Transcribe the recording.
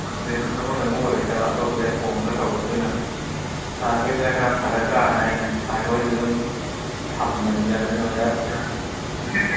ꯑꯥ ꯑꯗꯒꯤ ꯌꯥꯝ ꯆꯃꯝꯅꯕ ꯑꯣꯏꯒꯗꯕ ꯑꯇꯣꯞꯄꯗ ꯍꯣꯡꯉꯒ ꯇꯧꯕꯗꯣ ꯑꯗꯨꯅ ꯁꯥꯔ ꯍꯣꯏꯗꯅ ꯈꯔ ꯐꯔꯗ꯭ꯔꯥꯑꯅ ꯑꯩꯅ ꯁꯥꯔ ꯍꯣꯏꯁꯤꯗ ꯑꯗꯨꯝ ꯊꯝꯕꯅꯤꯗ ꯑꯗꯨꯅ ꯑꯣꯖꯥꯁꯤꯡ